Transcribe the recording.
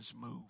move